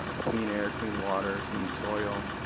ah clean air, clean water, clean soil,